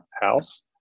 house